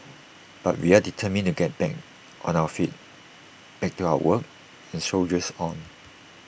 but we are determined to get back on our feet back to our work and soldiers on